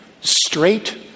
straight